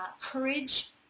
courage